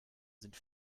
sind